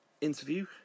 interview